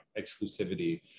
exclusivity